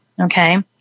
Okay